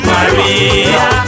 Maria